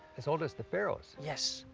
as old as the pharaohs. yes.